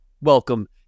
welcome